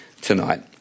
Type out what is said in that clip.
tonight